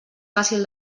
fàcil